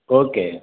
okay